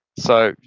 so,